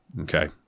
Okay